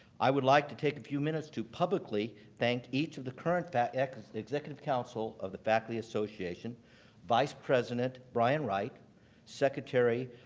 i would like to take a few minutes to publicly thank each of the current yeah executive council of the faculty association vice president bryan wright secretary,